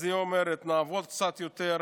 אז היא אומרת: נעבוד קצת יותר,